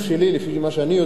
לפי מה שאני יודע,